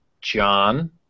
John